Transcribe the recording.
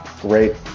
Great